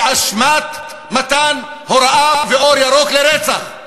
באשמת מתן הוראה ואור ירוק לרצח,